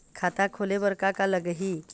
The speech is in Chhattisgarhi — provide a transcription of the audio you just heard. खाता खोले बर का का लगही?